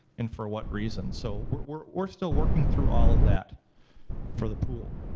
and for what reason. so we're we're still working through all of that for the pool.